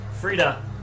Frida